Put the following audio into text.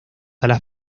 alas